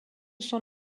sont